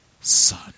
son